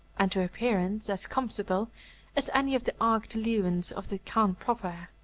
and, to appearance, as comfortable as any of the arched lewens of the khan proper.